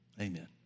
Amen